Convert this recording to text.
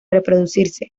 reproducirse